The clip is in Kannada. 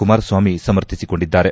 ಕುಮಾರಸ್ನಾಮಿ ಸಮರ್ಥಿಸಿಕೊಂಡಿದ್ದಾರೆ